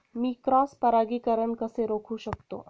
मी cross परागीकरण कसे रोखू शकतो?